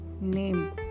name